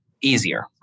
easier